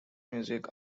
music